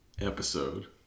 episode